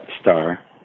star